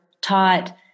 taught